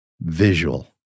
visual